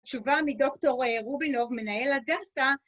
תשובה מדוקטור רובינוב מנהל הדסה.